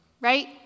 Right